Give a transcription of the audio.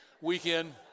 weekend